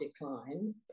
decline